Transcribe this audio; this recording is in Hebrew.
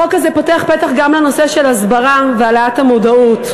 החוק הזה פותח פתח גם לנושא של הסברה והעלאת המודעות.